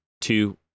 two